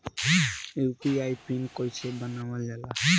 UPI pin कइसे बनावल जाला?